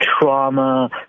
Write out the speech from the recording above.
trauma